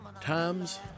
Times